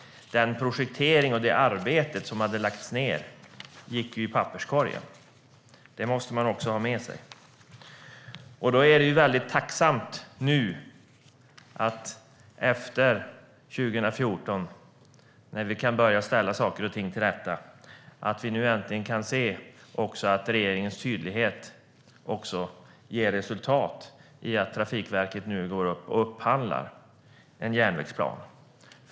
Den projektering och det arbete som hade lagts ned gick i papperskorgen - det måste man också ha med sig. Då är det tacksamt att vi nu, efter 2014, när vi kan börja ställa saker och ting till rätta, äntligen kan se att regeringens tydlighet också ger resultat i att Trafikverket nu upphandlar en järnvägsplan.